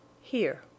here